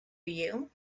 you